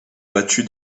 battu